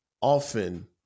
often